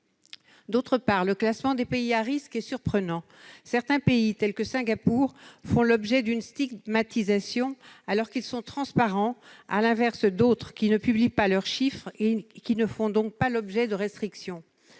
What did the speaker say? ailleurs, le classement des pays à risques est surprenant. Certains pays, tels que Singapour, font l'objet d'une stigmatisation, alors qu'ils sont transparents, à l'inverse d'autres qui ne publient pas leurs chiffres et ne font donc pas l'objet de restrictions.